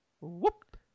Whoop